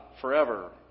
forever